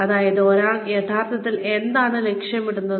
അതായത് ഒരാൾ യഥാർത്ഥത്തിൽ എന്താണ് ലക്ഷ്യമിടുന്നത്